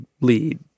lead